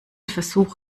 versuch